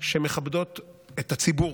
שמכבדות את הציבור,